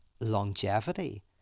longevity